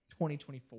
2024